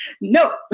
no